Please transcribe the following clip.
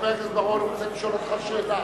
חבר הכנסת בר-און רוצה לשאול אותך שאלה.